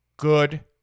Good